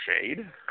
shade